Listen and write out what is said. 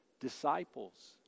disciples